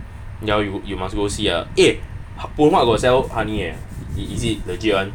ya ya you must go see ya eh poon huat got sell honey eh is it legit [one]